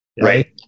Right